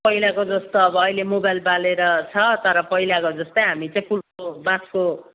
पहिलाको जस्तो अब अहिले मोबाइल बालेर छ तर पहिलाको जस्तै हामी चाहिँ पुल्ठो बाँसको